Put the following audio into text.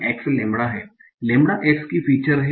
x lambda है lambda x की feature है